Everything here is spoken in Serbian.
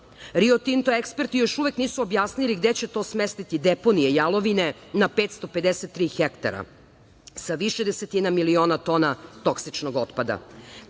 "Rio Tinto" eksperti još uvek nisu objasnili gde će to smestiti deponije jalovine na 553 hektara, sa više desetina miliona tona toksičnog otpada. Krajnje